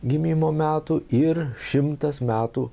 gimimo metų ir šimtas metų